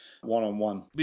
one-on-one